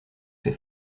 ces